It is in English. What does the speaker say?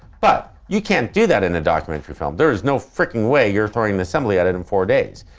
but you can't do that in a documentary film. there is no freaking way you're throwing an assembly at it in four days.